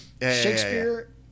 Shakespeare